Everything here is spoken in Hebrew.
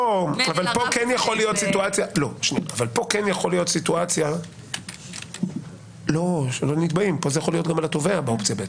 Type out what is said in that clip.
באופציה ב' זה יכול להיות גם על התובע.